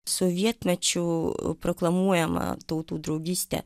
sovietmečiu proklamuojama tautų draugystė